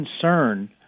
concern